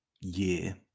year